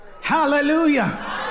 Hallelujah